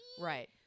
Right